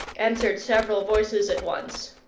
answered several voices at once.